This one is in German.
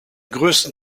größten